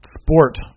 sport